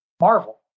Marvel